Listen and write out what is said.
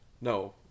No